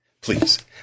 Please